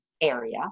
area